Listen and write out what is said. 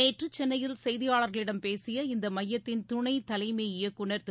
நேற்று சென்னையில் செய்தியாளர்களிடம் பேசிய இந்த மையத்தின் துணைத்தலைமை இயக்குநர் திரு